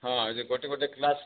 ହଁ ଏହିଠି ଗୋଟେ ଗୋଟେ କ୍ଳାସ